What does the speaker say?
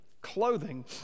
clothing